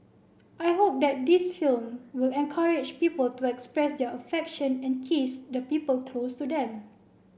I hope that this film will encourage people to express their affection and kiss the people close to them